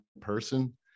person